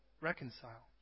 reconcile